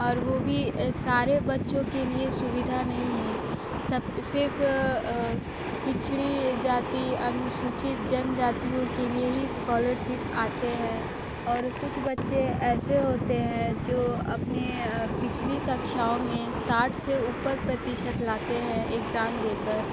और वो भी सारे बच्चों के लिए सुविधा नहीं हैं सब सिर्फ पिछड़ी जाति अनुसूचित जनजातियों के लिए ही स्कॉलरशिप आते हैं और कुछ बच्चे ऐसे होते हैं जो अपने पिछली कक्षाओं में साठ से ऊपर प्रतिशत लाते हैं एग्जाम दे कर